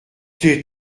tais